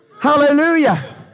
Hallelujah